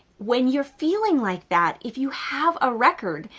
when you're feeling like that, if you have a record,